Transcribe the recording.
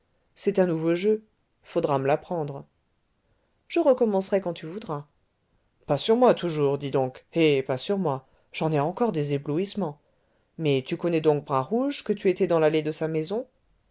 c'est un nouveau jeu faudra me l'apprendre je recommencerai quand tu voudras pas sur moi toujours dis donc eh pas sur moi j'en ai encore des éblouissements mais tu connais donc bras rouge que tu étais dans l'allée de sa maison